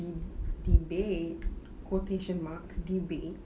de~ debate quotation mark debate